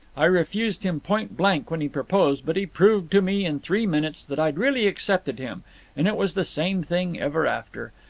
i refused him point-blank when he proposed, but he proved to me in three minutes that i'd really accepted him and it was the same thing ever after.